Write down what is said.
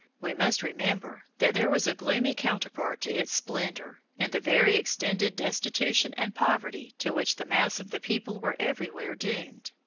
we must remember that there was a gloomy counterpart to its splendor in the very extended destitution and poverty to which the mass of the people were everywhere doomed.